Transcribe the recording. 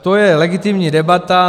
To je legitimní debata.